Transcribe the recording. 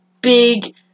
big